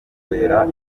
wera